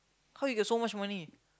how you get so much money